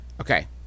Okay